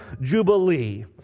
jubilee